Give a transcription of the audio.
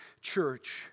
church